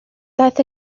daeth